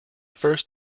first